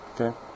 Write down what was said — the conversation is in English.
okay